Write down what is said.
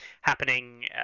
happening